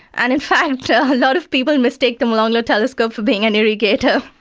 and in fact a lot of people and mistake the molonglo telescope for being an irrigator.